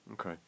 okay